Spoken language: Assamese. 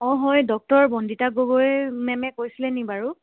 অঁ হয় ডক্টৰ বন্দিতা গগৈ মেমে কৈছিলেনি বাৰু